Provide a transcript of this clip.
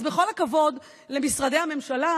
אז עם כל הכבוד למשרדי הממשלה,